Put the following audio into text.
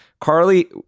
Carly